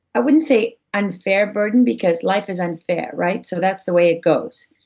i wouldn't say unfair burden, because life is unfair, right so that's the way it goes.